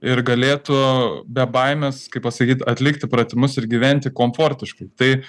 ir galėtų be baimės kaip pasakyt atlikti pratimus ir gyventi komfortiškai tai